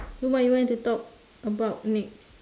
so what you want to talk about next